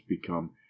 become